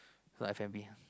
not F-and-B